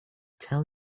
tell